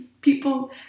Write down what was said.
people